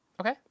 Okay